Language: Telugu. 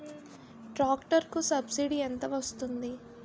ట్రాక్టర్ కి సబ్సిడీ ఎంత వస్తుంది?